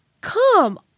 Come